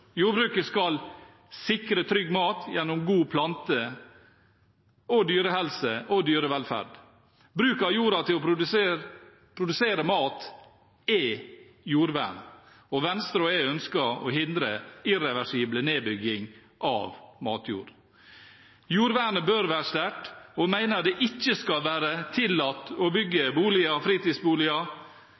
Jordbruket skal sikre trygg mat gjennom god plante- og dyrehelse og dyrevelferd. Bruk av jorda til å produsere mat er jordvern, og Venstre og jeg ønsker å hindre irreversibel nedbygging av matjord. Jordvernet bør være sterkt, og jeg mener det ikke skal være tillatt å bygge boliger, fritidsboliger